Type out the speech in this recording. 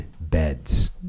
beds